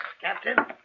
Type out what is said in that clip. Captain